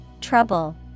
Trouble